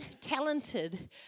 talented